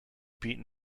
beaten